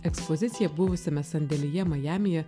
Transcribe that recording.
ekspozicija buvusiame sandėlyje majamyje